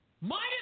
Minus